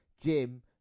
Jim